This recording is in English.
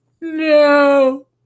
No